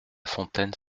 fontaine